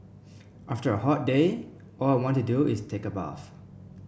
after a hot day all I want to do is take a bath